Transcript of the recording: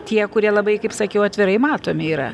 tie kurie labai kaip sakiau atvirai matomi yra